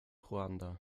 ruanda